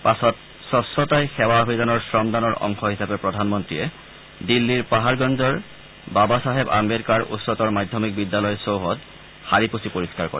পাছত স্কচতাই সেৱা অভিযানৰ শ্ৰমদানৰ অংশ হিচাপে প্ৰধানমন্ত্ৰীয়ে দিল্লীৰ পাহাৰগঞ্জৰ বাবা চাহেব আম্বেদকাৰ উচ্চতৰ মাধ্যমিক বিদ্যালয় চৌহদ সাৰি পুচি পৰিষ্ণাৰ কৰে